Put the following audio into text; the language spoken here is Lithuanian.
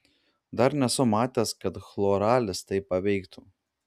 dar nesu matęs kad chloralis taip paveiktų